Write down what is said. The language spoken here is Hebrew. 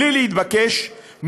בלי להתבקש,